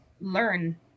learn